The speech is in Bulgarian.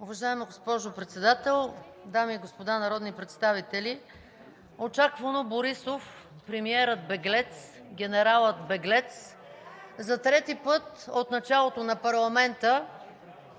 Уважаема госпожо Председател, дами и господа народни представители! Очаквано Борисов – премиерът-беглец, генералът-беглец, за трети път от началото на парламента